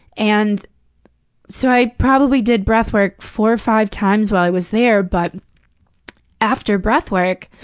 and so i probably did breathwork four or five times while i was there, but after breathwork,